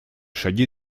шаги